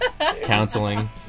Counseling